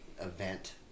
event